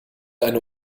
eine